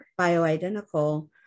bioidentical